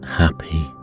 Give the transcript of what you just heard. happy